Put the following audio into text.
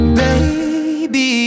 baby